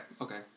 okay